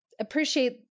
appreciate